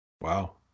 Wow